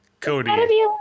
Cody